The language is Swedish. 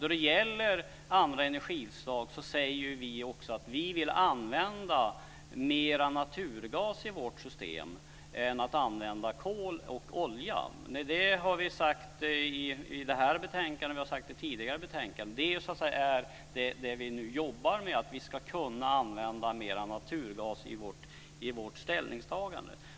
När det gäller andra energislag så säger vi att vi vill använda mer naturgas än kol och olja i vårt system. Det har vi sagt i detta betänkande, och vi har sagt det i tidigare betänkanden. Det är det som vi nu jobbar med - att vi ska kunna använda mer naturgas i och med vårt ställningstagande.